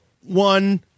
one